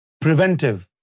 Preventive